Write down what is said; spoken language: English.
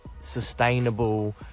sustainable